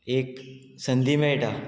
एक संदी मेळटा